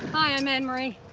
i'm annmarie.